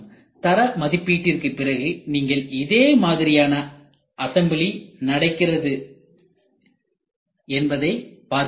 தர மதிப்பீட்டிற்கு பிறகு நீங்கள் இதே மாதிரியான அசம்பிளி நடக்கிறது என்பதை பார்க்க வேண்டும்